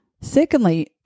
Secondly